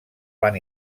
van